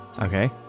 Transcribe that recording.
Okay